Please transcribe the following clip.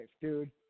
dude